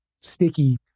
sticky